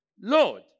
Lord